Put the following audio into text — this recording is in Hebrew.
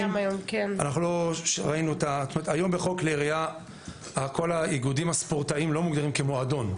היום בחוק כלי ירייה כל האיגודים הספורטאים לא מוגדרים כמועדון.